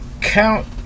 Count